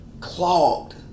clogged